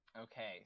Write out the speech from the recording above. Okay